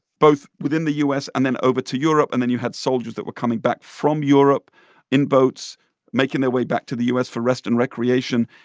both within the u s. and then over to europe. and then you had soldiers that were coming back from europe in boats making their way back to the u s. for rest and recreation.